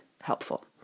helpful